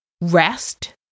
rest